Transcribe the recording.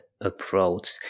approach